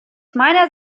meiner